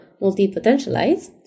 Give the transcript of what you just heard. multi-potentialized